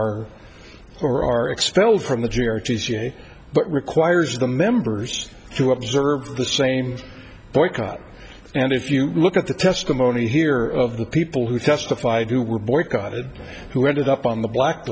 are or are expelled from the charities but requires the members to observe the same boycott and if you look at the testimony here of the people who testified who were boycotted who ended up on the black